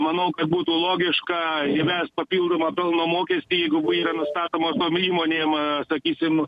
manau kad būtų logiška įvest papildomą pelno mokestį jeigu yra nustatomos įmonė ima sakysim